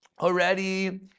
already